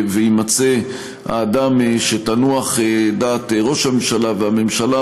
ויימצא האדם שתנוח דעת ראש הממשלה והממשלה